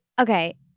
okay